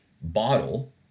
bottle